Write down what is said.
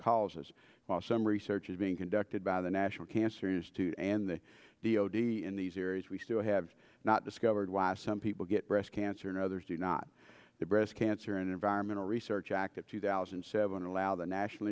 while some research is being conducted by the national cancer institute and the d o d in these areas we still have not discovered why some people get breast cancer and others do not the breast cancer and environmental research act of two thousand and seven allow the national